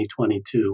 2022